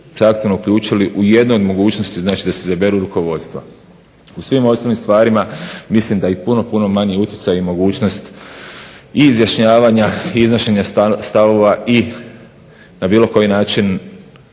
koji su … uključili u jednoj od mogućnosti da si izaberu rukovodstva. U svim ostalim stvarima mislim da i puno, puno manji utjecaj i mogućnost izjašnjavanja i iznošenja stavova i na bilo koji način